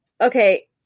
okay